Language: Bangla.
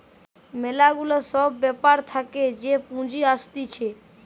ম্যালা গুলা সব ব্যাপার থাকে যে পুঁজি আসতিছে